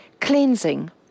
cleansing